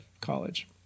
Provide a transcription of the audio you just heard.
college